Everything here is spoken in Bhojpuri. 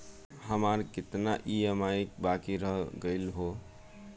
हमार कितना ई ई.एम.आई बाकी रह गइल हौ?